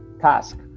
task